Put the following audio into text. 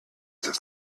are